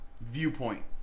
viewpoint